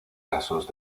casos